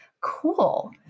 Cool